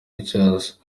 pictures